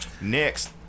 Next